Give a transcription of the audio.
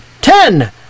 Ten